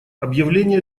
объявление